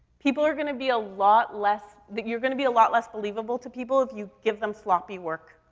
people are gonna be a lot less, you're gonna be a lot less believable to people if you give them sloppy work.